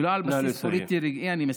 ולא על בסיס פוליטי רגעי.